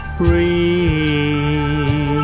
breathe